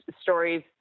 stories